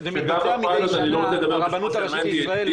זה מתבצע מידי שנה ברבנות הראשית של ישראל.